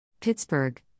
Pittsburgh